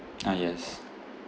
ah yes